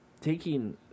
taking